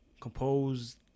composed